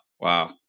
Wow